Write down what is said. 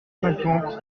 cinquante